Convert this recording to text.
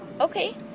Okay